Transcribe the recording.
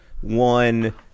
one